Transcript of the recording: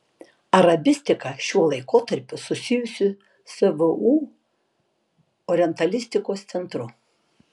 arabistika šiuo laikotarpiu susijusi su vu orientalistikos centru